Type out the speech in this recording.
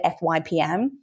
FYPM